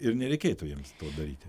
ir nereikėtų jiems to daryti